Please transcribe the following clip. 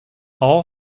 all